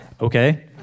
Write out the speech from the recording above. Okay